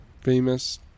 famous